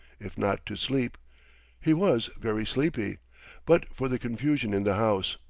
if not to sleep he was very sleepy but for the confusion in the house.